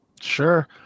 sure